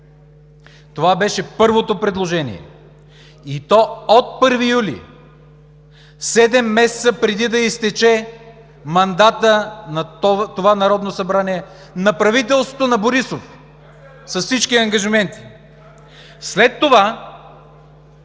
това беше първото предложение, и то от 1 юли – седем месеца преди да изтече мандатът на това Народно събрание, на правителството на Борисов с всички ангажименти. След това,